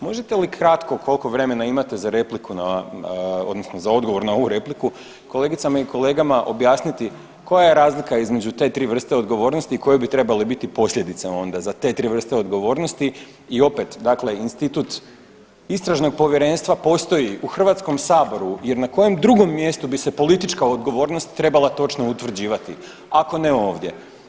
Možete li kratko koliko vremena imate za repliku odnosno za odgovor na ovu repliku kolegicama i kolegama objasniti koja je razlika između te tri vrste odgovornosti i koje bi trebale biti posljedice onda za te tri vrste odgovornosti i opet dakle institut istražnog povjerenstva postoji u HS-u jer na kojem drugom mjestu bi se politička odgovornost trebala točno utvrđivati ako ne ovdje?